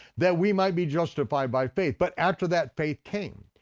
that we might be justified by faith. but after that faith came,